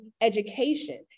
education